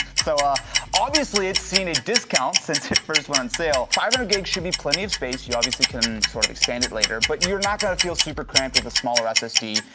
so um obviously, it's seen a discount since it first went on sale. five hundred gig should be plenty of space, you obviously can sort of expand it later but you're not going to feel super cramped with a smaller ssd,